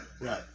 Right